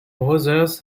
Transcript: brothers